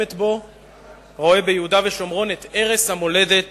רואה ביהודה ושומרון את ערש המולדת